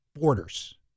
Borders